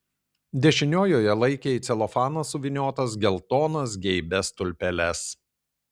dešiniojoje laikė į celofaną suvyniotas geltonas geibias tulpeles